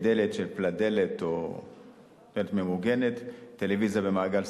דלת של "פלדלת" או דלת ממוגנת וטלוויזיה במעגל סגור,